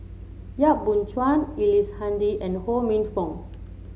Yap Boon Chuan Ellice Handy and Ho Minfong